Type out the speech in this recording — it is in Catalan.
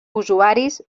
usuaris